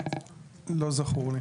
לא זכור לי.